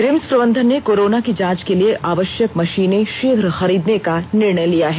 RIMS प्रबंधन ने corona की जांच के लिए आवष्यक मषीनें षीघ्र खरीदने का निर्णय लिया है